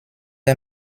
est